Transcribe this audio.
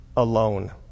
alone